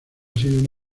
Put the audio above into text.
sido